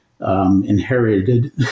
Inherited